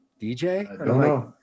DJ